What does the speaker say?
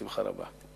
בשמחה רבה.